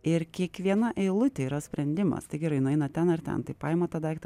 ir kiekviena eilutė yra sprendimas tai gerai nueina ten ar ten tai paima tą daiktą